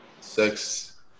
sex